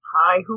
Hi